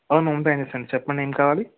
అవును ఓం ట్రావెల్స్ అండి చెప్పండి ఏం కావాలి